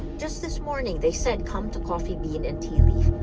just this morning, they said, come to coffee bean and tea leaf.